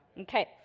Okay